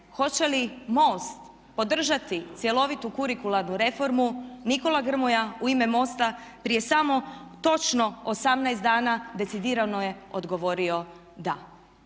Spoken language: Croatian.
hoće li MOST podržati cjelovitu kurikularnu reformu Nikola Grmoja u ime MOST-a prije samo točno 18 dana decidirano je odgovorio da.